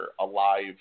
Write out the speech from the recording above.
alive